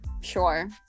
sure